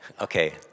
Okay